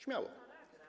Śmiało.